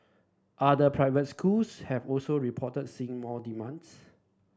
other private schools have also reported seeing more demands